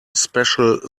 special